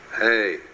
Hey